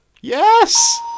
Yes